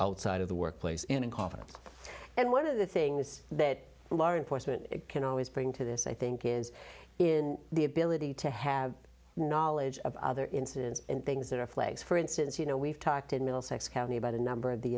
outside of the workplace in an office and one of the things that law enforcement can always bring to this i think is in the ability to have knowledge of other incidents and things that are flags for instance you know we've talked in middlesex county about a number of the